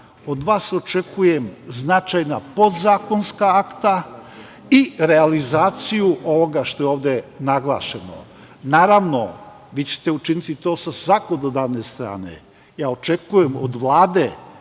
Od vas očekujem značajna podzakonska akta i realizaciju ovoga što je ovde naglašeno. Naravno, vi ćete učiniti to sa zakonodavne strane. Ja očekujem od Vlade